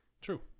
True